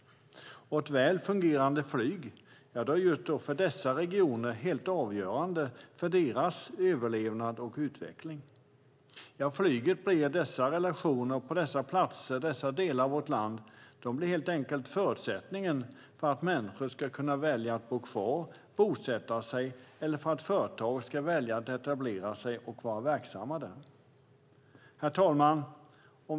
Ett väl fungerande flyg är då helt avgörande för dessa regioners överlevnad och utveckling. Flyget blir i dessa relationer, platser och delar av vårt land helt enkelt en förutsättning för att människor ska kunna välja att bo kvar eller att bosätta sig eller för att företag ska välja att etablera sig och vara verksamma där. Herr talman!